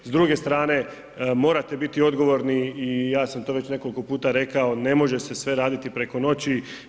S druge strane morate biti odgovorni i ja sam to već nekoliko puta rekao ne može se sve raditi preko noći.